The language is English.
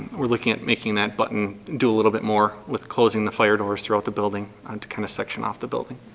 we're looking at making that button do a little bit more with closing the fire doors throughout the building and to kind of section off the building.